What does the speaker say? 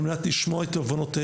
על מנת לשמוע את תובנותיהם.